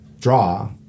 draw